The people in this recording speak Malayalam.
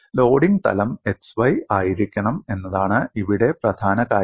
ലോഡിംഗ് തലം x y ആയിരിക്കണം എന്നതാണ് ഇവിടെ പ്രധാന കാര്യം